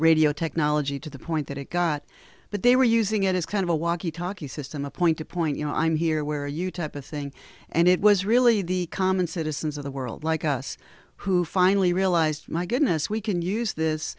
radio technology to the point that it got but they were using it as kind of a walkie talkie system a point to point you know i'm here where you type of thing and it was really the common citizens of the world like us who finally realized oh my goodness we can use this